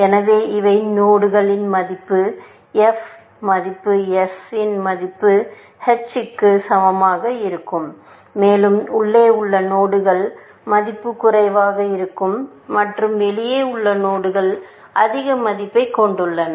எனவே இவை நோடுகளின் மதிப்பு f மதிப்பு s இன் மதிப்பு h க்கு சமமாக இருக்கும் மேலும் உள்ளே உள்ள நோடுகள் மதிப்பு குறைவாக இருக்கும் மற்றும் வெளியே உள்ள நோடுகள் அதிக மதிப்பைக் கொண்டுள்ளன